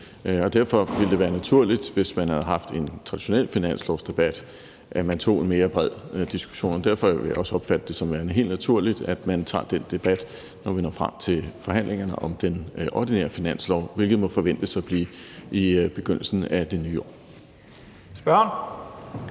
Derfor ville det være naturligt, hvis man havde haft en traditionel finanslovsdebat, at man tog en mere bred diskussion. Derfor vil jeg også opfatte det som værende helt naturligt, at man tager den debat, når vi når frem til forhandlingerne om den ordinære finanslov, hvilket må forventes at blive i begyndelsen af det nye år. Kl.